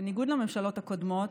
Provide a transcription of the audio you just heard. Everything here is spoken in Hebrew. בניגוד לממשלות הקודמות,